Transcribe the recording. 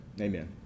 Amen